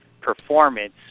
performance